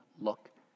look